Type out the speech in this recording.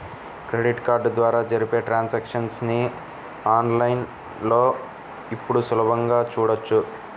credit card ద్వారా జరిపే transactions ని ఆన్ లైన్ లో ఇప్పుడు సులభంగా చూడొచ్చు